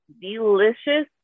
delicious